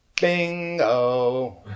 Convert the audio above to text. Bingo